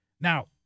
Now